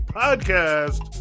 podcast